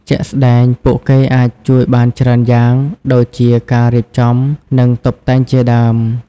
ជាក់ស្តែង ពួកគេអាចជួយបានច្រើនយ៉ាង ដូចជាការរៀបចំ និងតុបតែងជាដើម។